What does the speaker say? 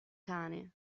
cane